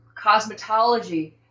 cosmetology